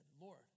Lord